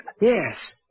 Yes